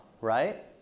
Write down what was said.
right